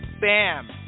Bam